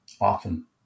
often